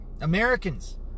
Americans